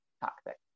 toxic